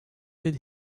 did